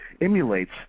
emulates